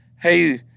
hey